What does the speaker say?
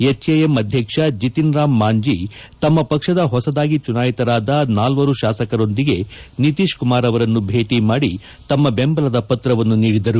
HAM ಅಧ್ಯಕ್ಷ ಜಿತಿನ್ ರಾಮ್ ಮಾಂಜಿ ತಮ್ಮ ಪಕ್ಷದ ಹೊಸದಾಗಿ ಚುನಾಯಿತರಾದ ನಾಲ್ವರು ಶಾಸಕರೊಂದಿಗೆ ನಿತೀಶ್ ಕುಮಾರ್ ಅವರನ್ನು ಭೇಟಿ ಮಾಡಿ ತಮ್ಮ ಬೆಂಬಲದ ಪತ್ರವನ್ನು ನೀಡಿದರು